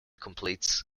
completes